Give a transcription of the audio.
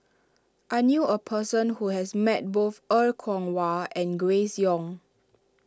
I knew a person who has met both Er Kwong Wah and Grace Young